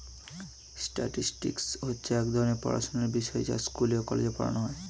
statistics হচ্ছে এক ধরণের পড়াশোনার বিষয় যা স্কুলে, কলেজে পড়ানো হয়